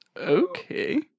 Okay